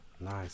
Nice